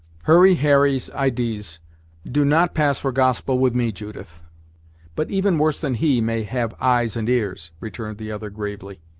hurry harry's idees do not pass for gospel with me, judith but even worse than he may have eyes and ears, returned the other gravely.